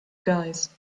guys